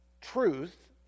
truth